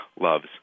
loves